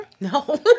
No